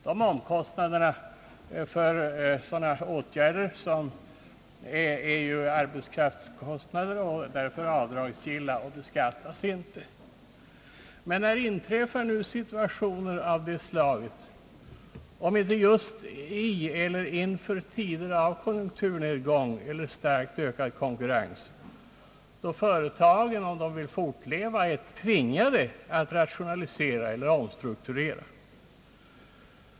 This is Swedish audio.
De kostnader som företaget har för dessa åtgärder är som arbetskraftskostnader avdragsgilla och beskattas således icke. När inträffar situationer av det slaget om inte just vid en konjunkturnedgång eller starkt ökad konkurrens då företagen, om de vill fortleva, är tvingade att rationalisera eller omstrukturera?